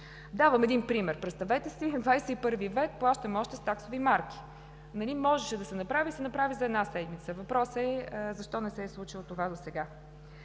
Давам един пример. Представете си – в XXI век плащаме още с таксови марки. Можеше да се направи и се направи за една седмица. Въпросът е: защо не се е случило това досега?